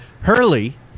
Hurley